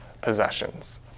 possessions